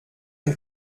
une